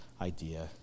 idea